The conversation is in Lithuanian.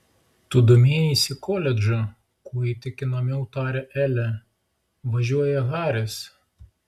tu domėjaisi koledžu kuo įtikinamiau tarė elė važiuoja haris